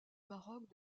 maroc